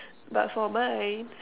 but for mine